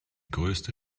größte